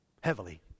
Heavily